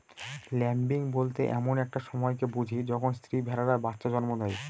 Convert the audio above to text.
lambing বলতে এমন একটা সময়কে বুঝি যখন স্ত্রী ভেড়ারা বাচ্চা জন্ম দেয়